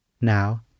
Now